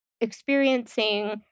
experiencing